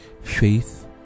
Faith